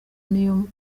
niyombare